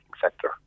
sector